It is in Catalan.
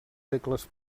segles